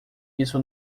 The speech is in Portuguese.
isso